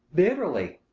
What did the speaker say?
bitterly.